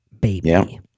baby